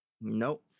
Nope